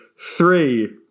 Three